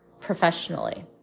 professionally